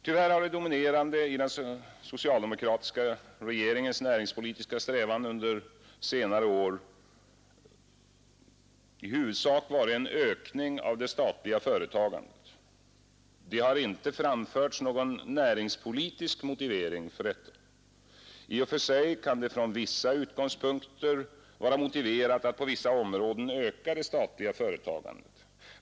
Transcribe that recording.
Tyvärr har det dominerande i den socialdemokratiska regeringens näringspolitiska strävan under senare år i huvudsak varit en ökning av det statliga företagandet. Det har inte framförts någon näringspolitisk motivering för detta. I och för sig kan det från vissa utgångspunkter vara motiverat att på en del områden öka det statliga företagandet.